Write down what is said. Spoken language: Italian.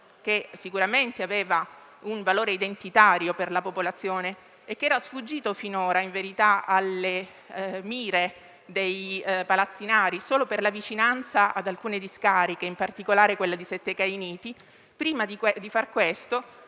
che sicuramente aveva un valore identitario per la popolazione e che in verità finora era sfuggito alle mire dei palazzinari solo per la vicinanza ad alcune discariche, in particolare quella di Settecainati. Tuttavia, prima